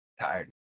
Tired